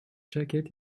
jacket